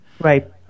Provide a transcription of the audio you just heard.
right